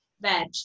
veg